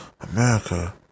America